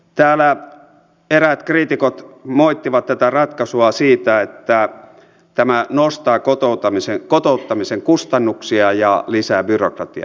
täällä eräät kriitikot moittivat tätä ratkaisua siitä että tämä nostaa kotouttamisen kustannuksia ja lisää byrokratiaa